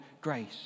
grace